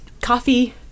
coffee